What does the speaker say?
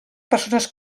persones